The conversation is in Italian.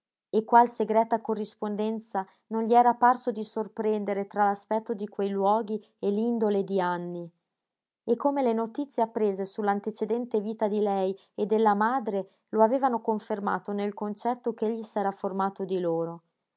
e qual segreta corrispondenza non gli era parso di sorprendere tra l'aspetto di quei luoghi e l'indole di anny e come le notizie apprese su l'antecedente vita di lei e della madre lo avevano confermato nel concetto ch'egli s'era formato di loro